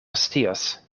scios